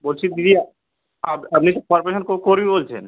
বলছি দিদি আপ আপনি কি কর্পোরেশান কো কর্মী বলছেন